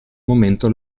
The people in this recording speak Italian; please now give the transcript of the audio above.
momento